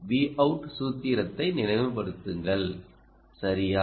Vout சூத்திரத்தை நினைவுபடுத்துங்கள் சரியா